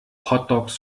hotdogs